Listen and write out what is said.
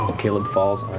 caleb falls